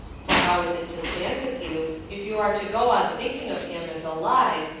for how is it to stand with you if you are to go on thinking of him as alive,